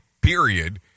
period